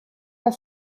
der